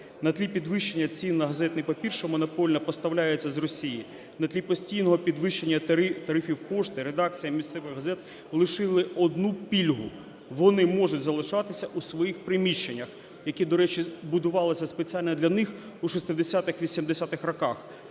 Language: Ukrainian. На тлі підвищення цін на газетний папір, що монопольно поставляється з Росії, на тлі постійного підвищення тарифів пошти редакціям місцевих газет лишили одну пільгу – вони можуть залишатися у своїх приміщеннях, які, до речі, будувалися спеціально для них у 60-х-80-х роках,